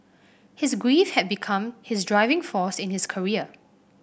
his grief had become his driving force in his career